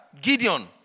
Gideon